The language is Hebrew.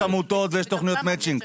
יש עמותות ויש תוכניות מצ'ינג,